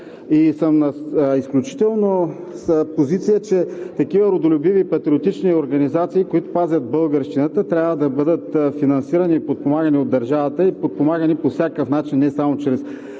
съм на позиция, че такива родолюбиви, патриотични организации, които пазят българщината, трябва да бъдат финансирани и подпомагани от държавата, подпомагани по всякакъв начин – не само чрез